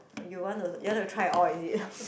you want to you want to try all is it